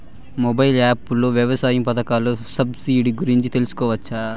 Mobile app లో వ్యవసాయ పథకాల సబ్సిడి గురించి తెలుసుకోవచ్చా?